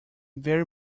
very